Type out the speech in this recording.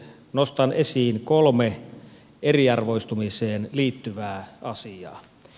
nostan esiin kolme eriarvoistumiseen liittyvää asiaa